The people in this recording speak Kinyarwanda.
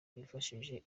twifashishije